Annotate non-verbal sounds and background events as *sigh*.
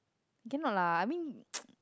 cannot lah I mean *noise*